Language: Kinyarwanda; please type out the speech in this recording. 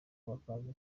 bakaza